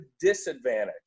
disadvantage